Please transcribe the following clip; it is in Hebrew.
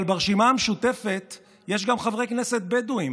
אבל ברשימה המשותפת יש גם חברי כנסת בדואים.